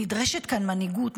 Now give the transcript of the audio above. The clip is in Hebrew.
נדרשת כאן מנהיגות,